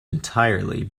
entirely